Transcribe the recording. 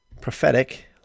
prophetic